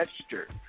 gesture